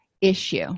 issue